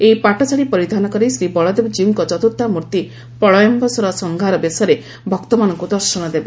ଏହି ପାଟଶାତ଼୍ୀ ପରିଧାନ କରି ଶ୍ରୀବଳଦେବକୀଉଙ୍କ ଚତୁର୍କ୍ଷାମୂର୍ତି ପ୍ରଳମ୍ଯାସୁର ସଂହାର ବେଶରେ ଭକ୍ତମାନଙ୍କୁ ଦର୍ଶନ ଦେବେ